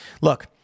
Look